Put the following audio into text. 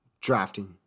drafting